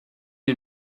est